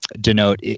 denote